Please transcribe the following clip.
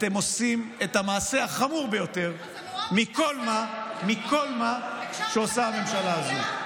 אתם עושים את המעשה החמור ביותר מכל מה שעושה הממשלה הזו.